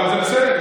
אבל זה בסדר,